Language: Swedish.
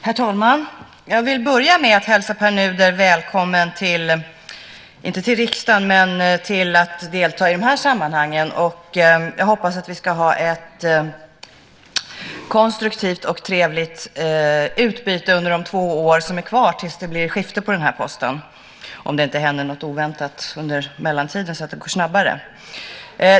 Herr talman! Jag vill börja med att hälsa Pär Nuder välkommen, inte till riksdagen men till att delta i de här sammanhangen. Jag hoppas att vi ska ha ett konstruktivt och trevligt utbyte under de två år som är kvar tills det blir skifte på den här posten - om det inte händer något oväntat under mellantiden, så att det går snabbare.